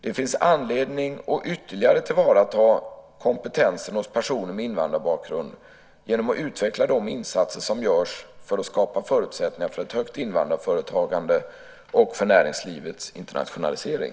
Det finns anledning att ytterligare tillvarata kompetensen hos personer med invandrarbakgrund genom att utveckla de insatser som görs för att skapa förutsättningar för ett högt invandrarföretagande och näringslivets internationalisering.